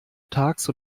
tags